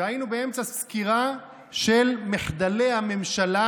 והיינו באמצע סקירה של מחדלי הממשלה